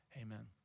amen